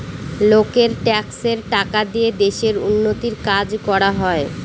লোকের ট্যাক্সের টাকা দিয়ে দেশের উন্নতির কাজ করা হয়